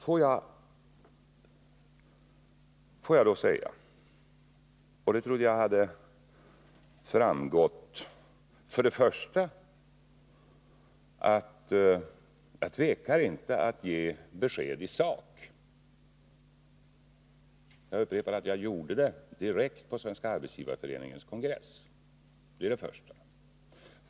Får jag då betona några saker som jag trodde hade framgått av det jag redan sagt. För det första tvekar jag inte att ge besked i sak, och jag upprepar att jag gjorde det direkt på Svenska arbetsgivareföreningens kongress.